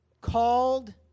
called